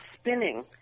spinning